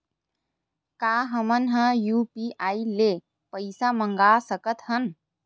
का हमन ह यू.पी.आई ले पईसा मंगा सकत हन?